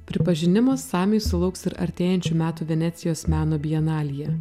pripažinimo samiai sulauks ir artėjančių metų venecijos meno bienalėje